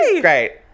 great